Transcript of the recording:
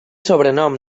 sobrenom